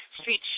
Street